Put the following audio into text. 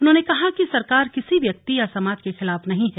उन्होंने कहा कि सरकार किसी व्यक्ति या समाज के खिलाफ नहीं है